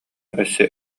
өссө